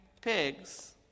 pigs